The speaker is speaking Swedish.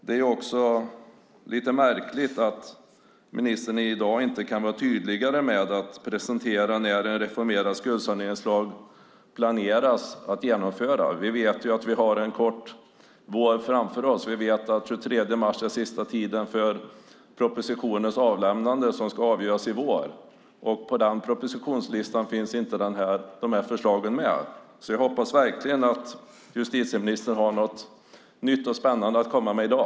Det är också lite märkligt att ministern i dag inte kan vara tydligare med att presentera när man planerar att genomföra en reformerad skuldsaneringslag. Vi vet att vi har en kort vår framför oss. Vi vet att den 23 mars är sista datum för avlämnande av propositioner som ska avgöras i vår. Och på den propositionslistan finns inte de här förslagen med. Så jag hoppas verkligen att justitieministern har något nytt och spännande att komma med i dag.